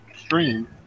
stream